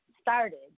started